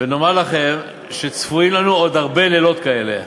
ונאמר לכם שצפויים לנו עוד הרבה לילות כאלה.